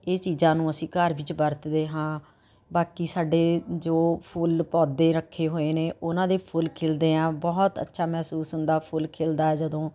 ਇਹ ਚੀਜ਼ਾਂ ਨੂੰ ਅਸੀਂ ਘਰ ਵਿੱਚ ਵਰਤਦੇ ਹਾਂ ਬਾਕੀ ਸਾਡੇ ਜੋ ਫੁੱਲ ਪੌਦੇ ਰੱਖੇ ਹੋਏ ਨੇ ਉਹਨਾਂ ਦੇ ਫੁੱਲ ਖਿੜਦੇ ਆਂ ਬਹੁਤ ਅੱਛਾ ਮਹਿਸੂਸ ਹੁੰਦਾ ਫੁੱਲ ਖਿੜਦਾ ਜਦੋਂ